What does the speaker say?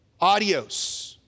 adios